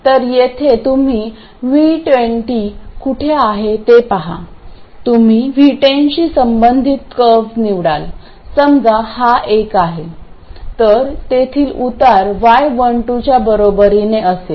तर येथे तुम्ही V20 कुठे आहे ते पहा तुम्ही V10 शी संबंधित कर्व निवडाल समजा हा एक आहे तर तेथील उतार y12 च्या बरोबरीने असेल